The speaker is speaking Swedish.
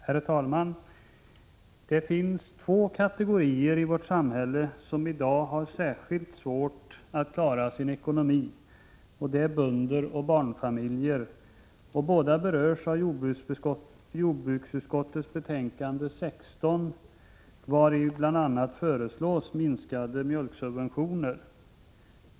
Herr talman! Det finns två kategorier i vårt samhälle som i dag har särskilt svårt att klara sin ekonomi. Det är bönder och barnfamiljer, och båda berörs av jordbruksutskottets betänkande 16, vari bl.a. föreslås minskade mjölksubventioner.